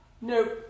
nope